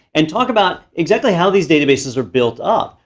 and talk about exactly how these databases are built up.